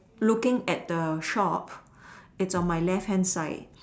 looking at the shop its on my left hand side